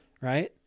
right